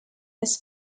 his